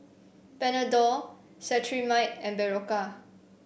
Panadol Cetrimide and Berocca